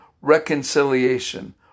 reconciliation